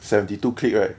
seventy two click right